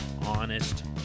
honest